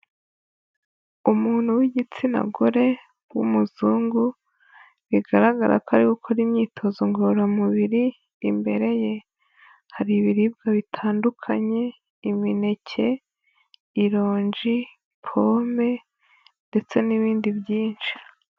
Umuntu w'igitsina gore w'umuzungu, bigaragara ko ari gukora imyitozo ngororamubiri, imbere ye. Hari ibiribwa bitandukanye imineke, ironji, pome ndetse n'ibindi byinshi.